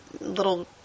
little